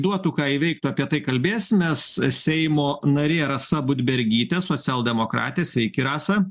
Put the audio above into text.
duotų ką ji veiktų apie tai kalbėsimės seimo narė rasa budbergytė socialdemokratė sveiki rasa